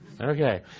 Okay